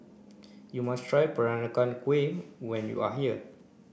you must try Peranakan Kueh when you are here